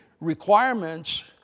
requirements